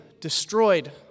destroyed